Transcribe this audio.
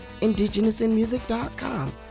indigenousinmusic.com